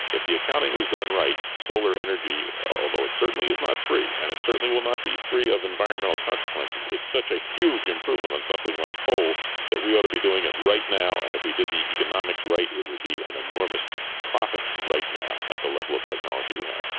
if the accounting was done right, solar energy, although it certainly is not free and it certainly will not be free of environmental consequences, it's such a huge improvement on something like coal that we ought to be doing it right now. and if we did the economics right it would be an enormous profit right now at the level of technology we have.